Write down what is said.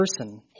person